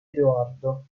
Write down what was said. edoardo